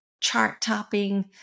chart-topping